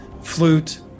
flute